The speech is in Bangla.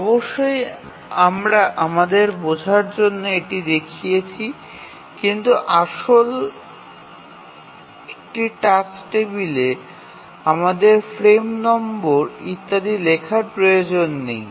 অবশ্যই আমরা আমাদের বোঝার জন্য এটি দেখিয়েছি কিন্তু আসল একটি টাস্ক টেবিলে আমাদের ফ্রেম নম্বর ইত্যাদি লেখার প্রয়োজন নেই